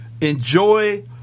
Enjoy